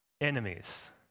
enemies